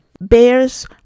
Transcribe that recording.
bears